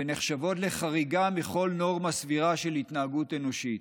ונחשבות לחריגה מכל נורמה סבירה של התנהגות אנושית.